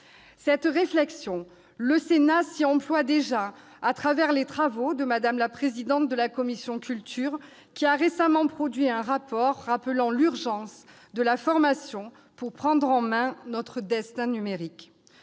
Cette réflexion, le Sénat s'emploie déjà à la mener à travers les travaux de Mme la présidente de la commission de la culture, qui a récemment produit un rapport rappelant l'impérieuse nécessité de la formation pour prendre en main notre destin numérique.